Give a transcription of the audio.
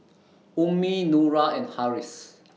Ummi Nura and Harris